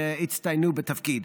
שהצטיינו בתפקיד.